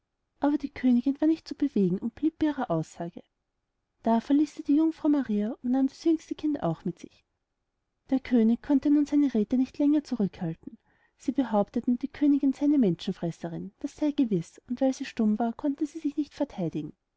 aber die königin war nicht zu bewegen und blieb bei ihrer aussage da verließ sie die jungfrau maria und nahm das jüngste kind auch mit sich der könig konnte nun seine räthe nicht länger zurückhalten sie behaupteten die königin sey eine menschenfresserin das sey gewiß und weil sie stumm war konnte sie sich nicht vertheidigen